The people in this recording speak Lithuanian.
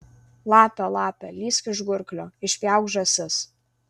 lape lape lįsk iš gurklio išpjauk žąsis